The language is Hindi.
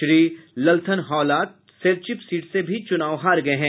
श्री ललथनहावला सेरचिप सीट से भी चुनाव हार गए हैं